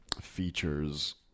features